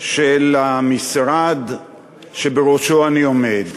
של המשרד שבראשו אני עומד.